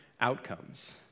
outcomes